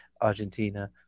Argentina